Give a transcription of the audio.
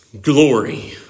Glory